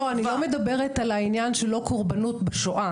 אני לא מדברת על העניין של לא קורבנות בשואה.